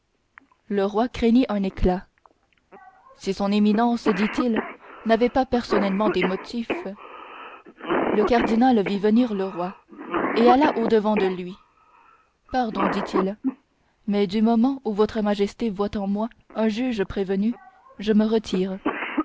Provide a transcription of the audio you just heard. le roi craignit un éclat si son éminence dit-il n'avait pas personnellement des motifs le cardinal vit venir le roi et alla au-devant de lui pardon dit-il mais du moment où votre majesté voit en moi un juge prévenu je me retire